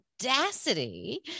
audacity